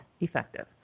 effective